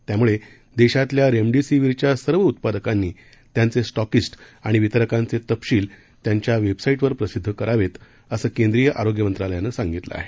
त्यामुळे देशातल्या रेमडेसिवीरच्या सर्व उत्पादकांनी त्यांचे स्टॅकिस्ट आणि वितरकांचे तपशील त्यांच्या वेबसाईट वर प्रसिद्ध करावे असं केंद्रीय आरोग्य मंत्रालयानं सांगितलं आहे